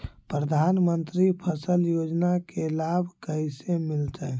प्रधानमंत्री फसल योजना के लाभ कैसे मिलतै?